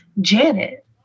Janet